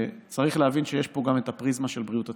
צריך להבין שיש פה גם את הפריזמה של בריאות הציבור.